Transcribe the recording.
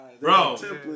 Bro